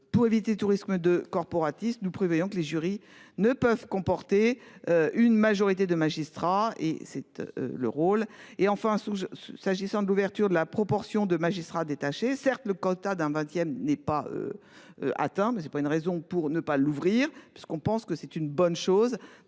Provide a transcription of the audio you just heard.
pour éviter tout risque de corporatisme, nous prévoyons que les jurys ne peuvent comporter une majorité de magistrats et cette. Le rôle et enfin sous s'agissant de l'ouverture de la proportion de magistrat détaché certes le quota d'un vingtième n'est pas. Atteint mais c'est pas une raison pour ne pas l'ouvrir parce qu'on pense que c'est une bonne chose